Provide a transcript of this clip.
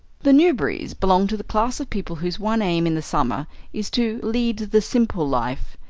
the newberrys belonged to the class of people whose one aim in the summer is to lead the simple life.